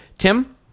Tim